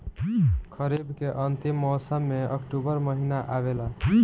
खरीफ़ के अंतिम मौसम में अक्टूबर महीना आवेला?